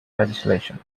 legislation